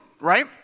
right